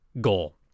goal